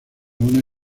una